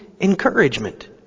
encouragement